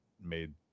made